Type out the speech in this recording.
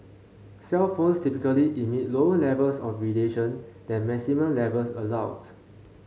cellphones typically emit lower levels of radiation than maximum levels allowed